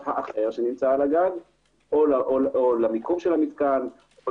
האחר שנמצא על הגג או למיקום המתקן או